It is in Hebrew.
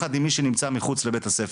יחד עם מי שנמצא מחוץ לבית הספר.